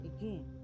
again